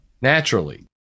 naturally